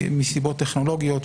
מסיבות טכנולוגיות,